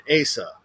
Asa